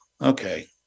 Okay